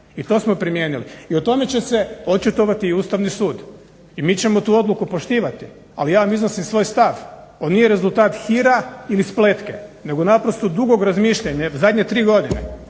i to smo primijenili. I o tome će se očitovati i Ustavni sud i mi ćemo tu odluku poštivati, ali ja vam iznosim svoj stav on nije rezultat hira ili spletke, nego naprosto dugog razmišljanja evo zadnje 3 godine.